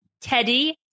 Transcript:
Teddy